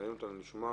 ומעניין אותנו לשמוע